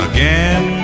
Again